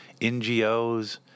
NGOs